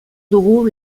dugu